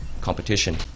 competition